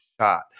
shot